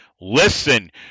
Listen